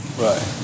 Right